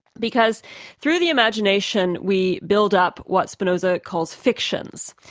because through the imagination we build up what spinoza calls fictions,